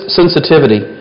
sensitivity